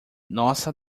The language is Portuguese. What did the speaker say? nossa